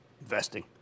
Investing